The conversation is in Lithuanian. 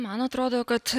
man atrodo kad